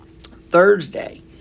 Thursday